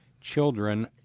children